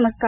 नमस्कार